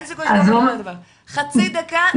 חצי דקה.